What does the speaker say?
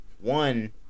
one